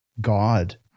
God